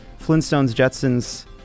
Flintstones-Jetsons